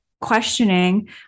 questioning